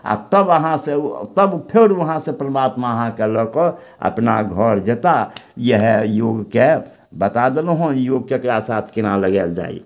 आओर तब अहाँ सब तब फेर वहाँसँ परमात्मा अहाँके लअ कऽ अपना घर जेता इएह योगके बता देलहुँ हँ योग केकरा साथ केना लगायल जाइ